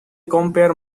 compare